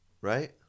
Right